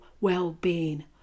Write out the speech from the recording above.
well-being